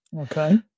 Okay